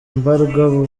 mbarwa